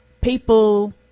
people